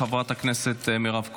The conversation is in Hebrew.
חברת הכנסת מירב כהן,